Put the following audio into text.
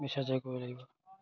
কৰিব লাগিব